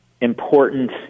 important